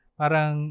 parang